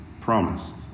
Promised